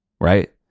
right